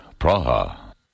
Praha